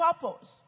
purpose